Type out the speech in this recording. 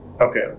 okay